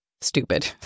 stupid